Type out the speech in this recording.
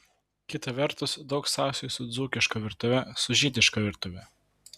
kita vertus daug sąsajų su dzūkiška virtuve su žydiška virtuve